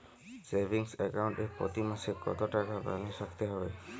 Savings account এ প্রতি মাসে কতো টাকা ব্যালান্স রাখতে হবে?